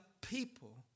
people